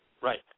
Right